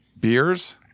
beers